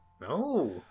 No